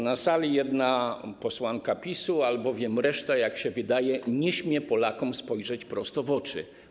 Na sali jest jedna posłanka PiS-u, albowiem reszta, jak się wydaje, nie śmie Polakom spojrzeć prosto w oczy.